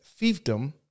fiefdom